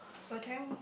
what time